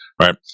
right